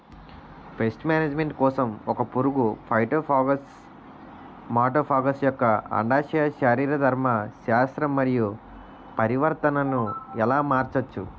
Paste management కోసం ఒక పురుగు ఫైటోఫాగస్హె మటోఫాగస్ యెక్క అండాశయ శరీరధర్మ శాస్త్రం మరియు ప్రవర్తనను ఎలా మార్చచ్చు?